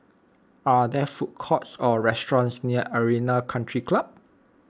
are there food courts or restaurants near Arena Country Club